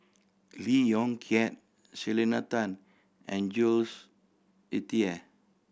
Lee Yong Kiat Selena Tan and Jules Itier